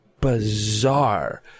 bizarre